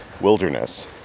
wilderness